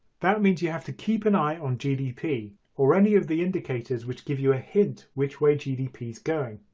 that means you have to keep an eye on gdp or any of the indicators which give you a hint which way gdp is going.